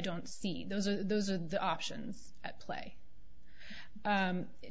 don't see those are those are the options at play